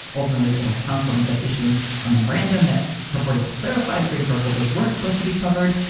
ultimately, the white house counsel ended up issuing a memorandum that purported to clarify the green card holders weren't supposed to be covered.